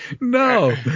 No